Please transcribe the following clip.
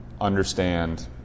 understand